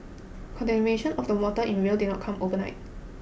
contamination of the waters in Rio did not come overnight